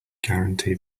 guarantee